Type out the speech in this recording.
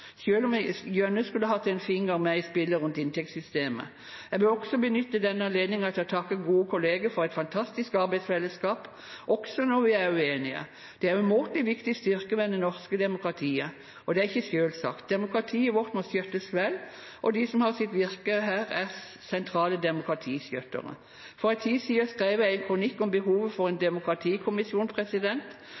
om jeg gjerne skulle hatt en finger med i spillet rundt inntektssystemet. Jeg vil også benytte anledningen til å takke gode kolleger for et fantastisk arbeidsfellesskap, også når vi er uenige. Det er en umåtelig viktig styrke ved det norske demokratiet og er ikke selvsagt. Demokratiet vårt må skjøttes vel, og de som har sitt virke her, er sentrale demokratiskjøttere. For en tid siden skrev jeg en kronikk om behovet for en demokratikommisjon.